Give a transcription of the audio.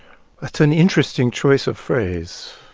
that's an interesting choice of phrase.